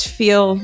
feel